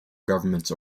governments